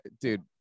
dude